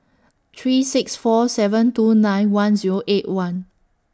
three six four seven two nine one Zero eight one